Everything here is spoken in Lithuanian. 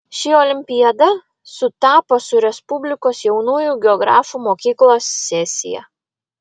ši olimpiada sutapo su respublikos jaunųjų geografų mokyklos sesija